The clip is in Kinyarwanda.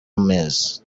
amezi